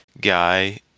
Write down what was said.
guy